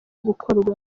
gukorwa